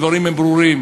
הדברים הם ברורים.